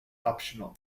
optional